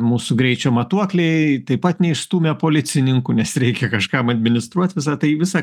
mūsų greičio matuokliai taip pat neišstūmė policininkų nes reikia kažkam administruot visa tai visa